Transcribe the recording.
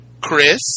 Chris